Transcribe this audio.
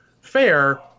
fair